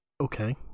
Okay